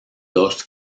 dos